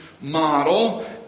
model